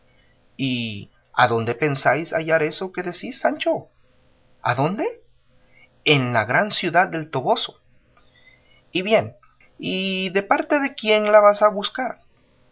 y adónde pensáis hallar eso que decís sancho adónde en la gran ciudad del toboso y bien y de parte de quién la vais a buscar